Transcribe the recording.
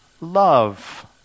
love